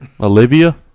Olivia